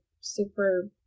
super